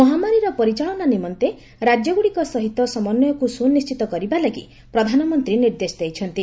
ମହାମାରୀର ପରିଚାଳନା ନିମନ୍ତେ ରାଜ୍ୟଗୁଡିକ ସହିତ ସମନ୍ୱୟକୁ ସୁନିଶ୍ଚିତ କରିବା ଲାଗି ପ୍ରଧାନମନ୍ତ୍ରୀ ନିର୍ଦ୍ଦେଶ ଦେଇଛନ୍ତି